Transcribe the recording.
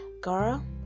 girl